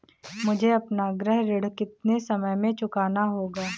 मुझे अपना गृह ऋण कितने समय में चुकाना होगा?